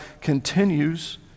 continues